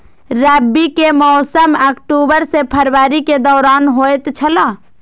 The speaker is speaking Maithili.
रबी के मौसम अक्टूबर से फरवरी के दौरान होतय छला